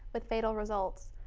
with fatal results.